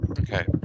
Okay